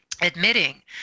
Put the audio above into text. admitting